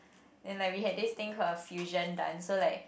then like we had this thing called a fusion dance so like